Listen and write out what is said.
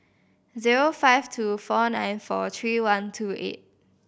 zero five two four nine four three one two eight